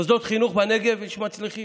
מוסדות חינוך בנגב, יש מצליחים.